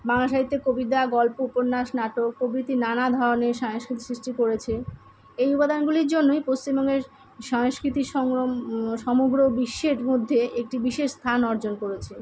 বাংলা সাহিত্যে কবিতা গল্প উপন্যাস নাটক প্রভিতি নানা ধরনের সাংস্কৃতিক সৃষ্টি করেছে এই উপাদানগুলির জন্যই পশ্চিমবঙ্গের সাংস্কৃতিক সংগ্রম সমগ্র বিশ্বের মধ্যে একটি বিশেষ স্থান অর্জন করেছে